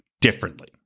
differently